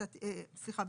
סליחה,